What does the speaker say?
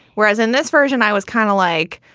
whereas in this version i was kind of like,